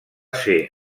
ser